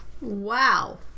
Wow